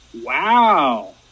Wow